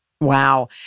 Wow